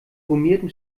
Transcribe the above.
gummierten